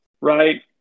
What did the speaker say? right